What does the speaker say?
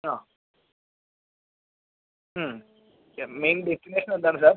ആ മ് main destination എന്താണ് സാർ